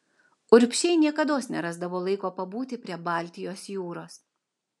urbšiai niekados nerasdavo laiko pabūti prie baltijos jūros